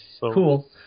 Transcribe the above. Cool